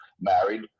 married